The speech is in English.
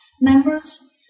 members